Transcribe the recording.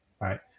right